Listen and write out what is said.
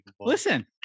Listen